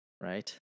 Right